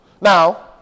Now